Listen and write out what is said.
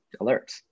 alerts